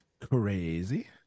crazy